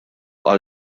qal